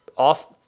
off